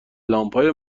لامپهای